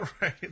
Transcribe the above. Right